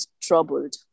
troubled